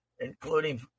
including